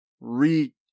Re